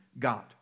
God